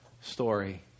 story